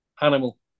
Animal